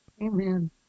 Amen